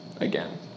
again